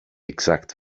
exact